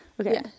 Okay